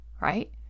right